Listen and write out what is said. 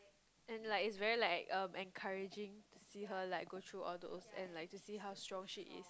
and like is very like uh encouraging to see her like go through all those and like to see how strong she is